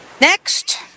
Next